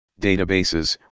databases